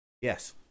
Yes